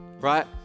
right